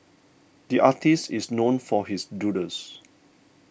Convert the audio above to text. the artist is known for his doodles